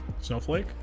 Snowflake